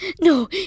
No